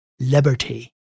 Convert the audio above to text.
liberty